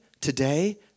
today